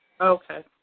Okay